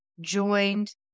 joined